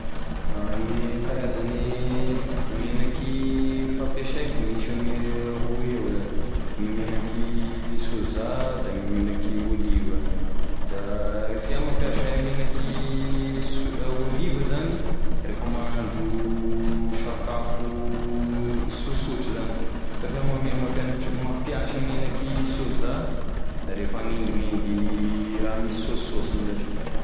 Gne karazane menaky fampiasaiko misy ame roy eo zany gny menaky sôza da gny menaky ôliva da ref iaho mampiasa menaky sô- ôliva zany refa mahandro sakafo sosotry zany fa refa iaho mame- mampianatr- mampiasa menaky sôza da refa hagnendignendy raha misy saosisaosiny zash.